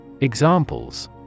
Examples